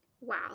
Wow